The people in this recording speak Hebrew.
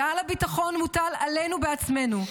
ועול הביטחון מוטל עלינו בעצמנו.